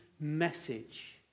message